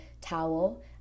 towel